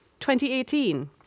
2018